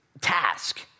task